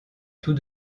tout